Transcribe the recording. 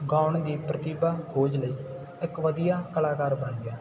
ਗਾਉਣ ਦੀ ਪ੍ਰਤੀਭਾ ਖੋਜ ਲਈ ਇੱਕ ਵਧੀਆ ਕਲਾਕਾਰ ਬਣ ਗਿਆ